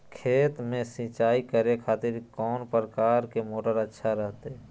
खेत में सिंचाई करे खातिर कौन प्रकार के मोटर अच्छा रहता हय?